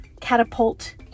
catapult